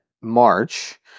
March